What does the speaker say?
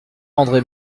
andre